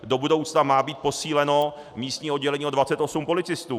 Do budoucna má být posíleno místní oddělení o 28 policistů.